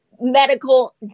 medical